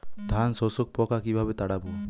ধানে শোষক পোকা কিভাবে তাড়াব?